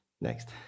Next